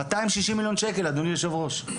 260 מיליון שקל, אדוני היושב-ראש.